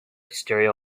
stereo